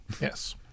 yes